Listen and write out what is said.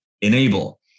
enable